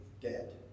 dead